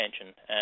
attention